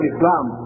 Islam